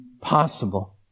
possible